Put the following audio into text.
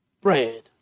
bread